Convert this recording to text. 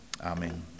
Amen